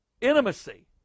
intimacy